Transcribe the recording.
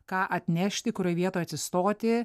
ką atnešti kurioj vietoj atsistoti